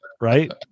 right